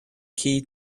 key